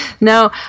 No